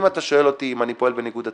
אם אתה שואל אותי אם אני פועל בניגוד לתקנון,